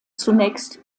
zunächst